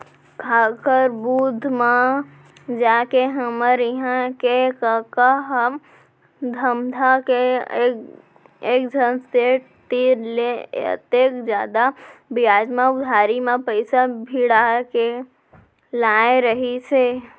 काकर बुध म आके हमर इहां के कका ह धमधा के एकझन सेठ तीर ले अतेक जादा बियाज म उधारी म पइसा भिड़ा के लाय रहिस हे